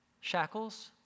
Shackles